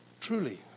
Truly